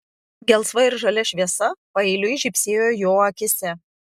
gelsva ir žalia šviesa paeiliui žybsėjo jo akyse